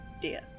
dear